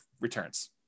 returns